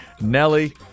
Nelly